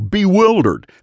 bewildered